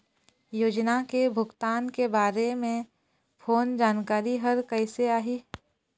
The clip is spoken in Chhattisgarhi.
योजना के भुगतान के बारे मे फोन जानकारी हर कइसे आही?